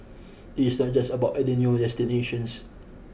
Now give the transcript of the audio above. it is not just about adding new destinations